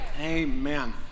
Amen